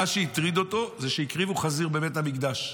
מה שהטריד אותו זה שהקריבו חזיר בבית המקדש.